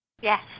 Yes